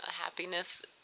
Happiness